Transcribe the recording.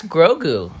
Grogu